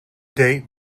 date